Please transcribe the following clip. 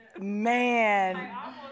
Man